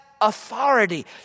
authority